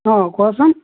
অঁ কোৱাচোন